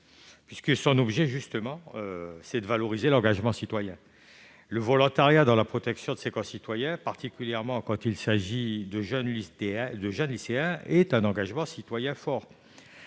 pas justement de valoriser l'engagement citoyen ? Le volontariat dans la protection, particulièrement quand il s'agit de jeunes lycéens, est un engagement citoyen fort.